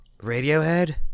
Radiohead